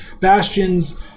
bastions